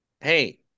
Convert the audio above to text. hey